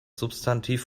substantiv